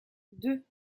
deux